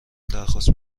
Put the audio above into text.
درخواست